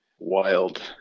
wild